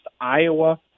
Iowa